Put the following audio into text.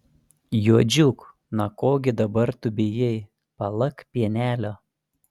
juodžiuk na ko gi dabar tu bijai palak pienelio